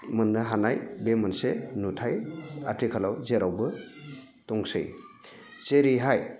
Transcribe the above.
मोननो हानाय बे मोनसे नुथाय आथिखालाव जेरावबो दंसै जेरैहाय